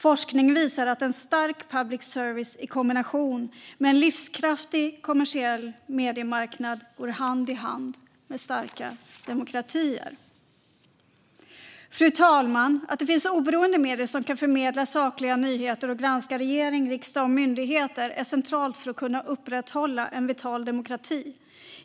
Forskning visar att en stark public service i kombination med en livskraftig kommersiell mediemarknad går hand i hand med starka demokratier. Fru talman! Att det finns oberoende medier som kan förmedla sakliga nyheter och granska regering, riksdag och myndigheter är centralt för att kunna upprätthålla en vital demokrati.